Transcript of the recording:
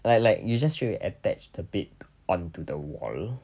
like like you just really attached the bed onto the wall